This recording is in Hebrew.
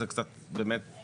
זה קצת מוזר.